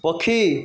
ପକ୍ଷୀ